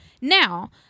now